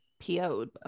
PO'd